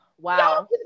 wow